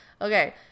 Okay